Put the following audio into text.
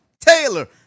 Taylor